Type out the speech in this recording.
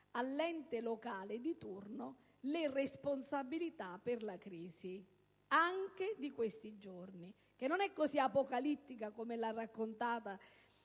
all'ente locale di turno le responsabilità della crisi, compresa la crisi di questi giorni, che non è apocalittica come l'ha raccontata